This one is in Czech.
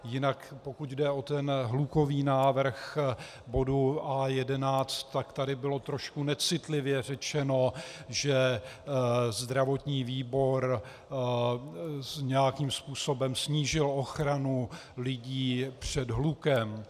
Jinak pokud jde o ten hlukový návrh bodu A11, tak tady bylo trošku necitlivě řečeno, že zdravotní výbor nějakým způsobem snížil ochranu lidí před hlukem.